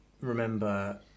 remember